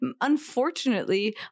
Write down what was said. Unfortunately